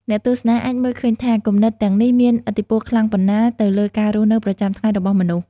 អ្នកទស្សនាអាចមើលឃើញថា គំនិតទាំងនេះមានឥទ្ធិពលខ្លាំងប៉ុណ្ណាទៅលើការរស់នៅប្រចាំថ្ងៃរបស់មនុស្ស។